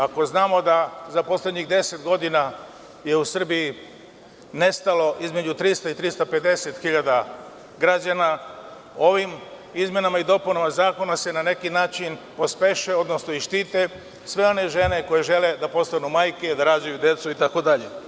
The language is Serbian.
Akoznamo da za poslednjih 10 godina je u Srbiji nestalo između 300.000 i 350.000 građana, ovim izmenama i dopunama zakona se na neki način pospešuje i štite se one žene koje žele da postanu majke, da rađaju decu, itd.